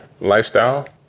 lifestyle